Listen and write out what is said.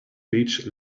beach